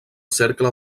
cercle